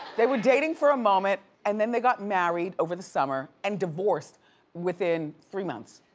they were dating for a moment, and then they got married over the summer, and divorced within three months.